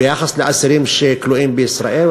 ביחס לאסירים שכלואים בישראל.